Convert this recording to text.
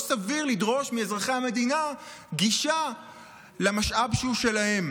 סביר לדרוש מאזרחי המדינה גישה למשאב שהוא שלהם.